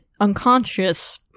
unconscious